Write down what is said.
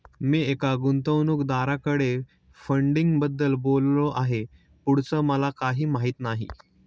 मी एका गुंतवणूकदाराकडे फंडिंगबद्दल बोललो आहे, पुढचं मला काही माहित नाही